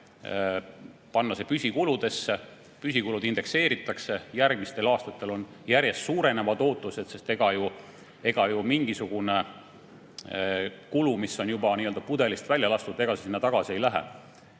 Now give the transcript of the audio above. pannakse see püsikuludesse, püsikulud indekseeritakse ja järgmistel aastatel on järjest suurenevad ootused. Sest ega mingisugune kulu, mis on juba nii-öelda pudelist välja lastud, sinna tagasi ei lähe.